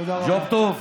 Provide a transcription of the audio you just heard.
ג'וב טוב,